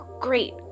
great